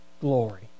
glory